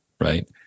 right